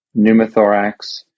pneumothorax